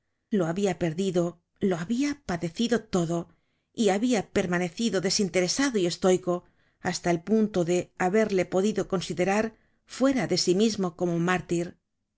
lo habia perdido lo habia padecido todo y habia permanecido desinteresado y estoico hasta el punto de haberle podido considerar fuera de sí mismo como un mártir